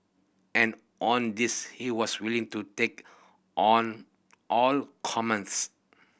and on this he was willing to take on all comers